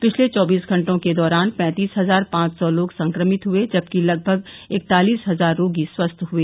पिछले चौबीस घंटों के दौरान पैंतीस हजार पांव सौ लोग संक्रमित हुए जबकि लगभग इकतालिस हजार रोगी स्वस्थ हुए